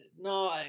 No